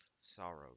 sorrow